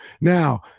Now